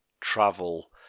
travel